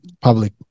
public